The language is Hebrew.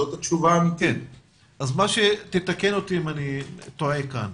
תקן אותי אם אני טועה כאן.